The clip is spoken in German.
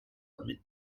mit